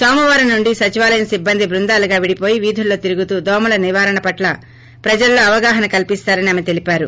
నోమవారం నుండి సచివాలయ సిబ్బంది బృందాలుగా విడిపోయి వీధుల్లో తిరుగుతూ దోమల నివారణ పట్ల ప్రజల్లో అవగాహన కల్సిస్తారని ఆమె తెలిపారు